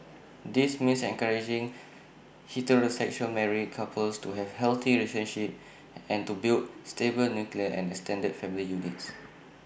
this means encouraging heterosexual married couples to have healthy relationships and to build stable nuclear and extended family units